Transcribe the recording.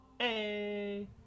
Hey